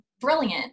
brilliant